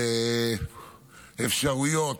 ואפשרויות